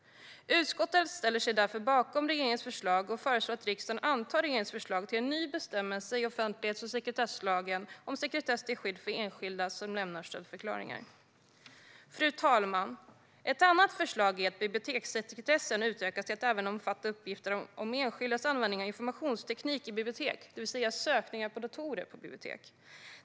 Utskottet ställer sig därför bakom regeringens förslag och föreslår att riksdagen antar regeringens förslag till en ny bestämmelse i offentlighets och sekretesslagen om sekretess till skydd för enskilda som lämnar stödförklaringar. Fru talman! Ett annat förslag är att bibliotekssekretessen utökas till att även omfatta uppgifter om enskildas användning av informationsteknik i bibliotek, det vill säga sökningar på datorer på bibliotek.